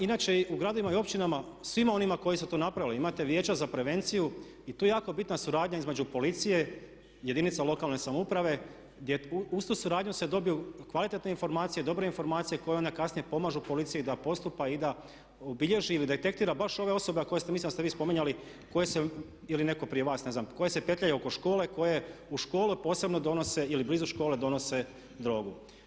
Inače u gradovima i općinama svima onima koji su to napravili imate vijeća za prevenciju i tu je jako bitna suradnja između policije i jedinica lokalne samouprave gdje uz tu suradnju se dobiju kvalitetne informacije, dobre informacije koje onda kasnije pomažu policiji da postupa i da obilježi ili detektira baš ove osobe koje mislim da ste vi spominjali ili netko prije vas ne znam koje se petljaju oko škole, koje u školu posebno donose ili blizu škole donose drogu.